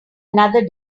another